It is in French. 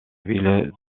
ville